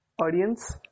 audience